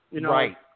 Right